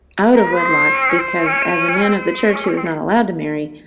out of wedlock, because, as a man of the church, he was not allowed to marry.